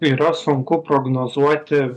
yra sunku prognozuoti